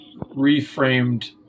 reframed